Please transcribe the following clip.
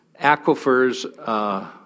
Aquifers